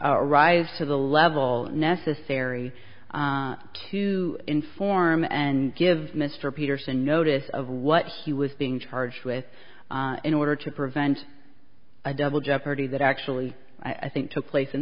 rise to the level necessary to inform and give mr peterson notice of what he was being charged with in order to prevent a double jeopardy that actually i think took place in